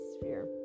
sphere